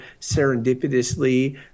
serendipitously